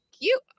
cute